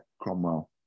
Cromwell